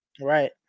Right